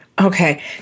Okay